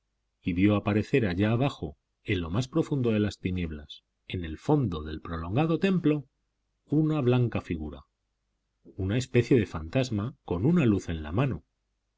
y vio aparecer allá abajo en lo más profundo de las tinieblas en el fondo del prolongado templo una blanca figura una especie de fantasma con una luz en la mano